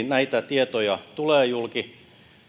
näitä tietoja tulee julki